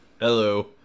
Hello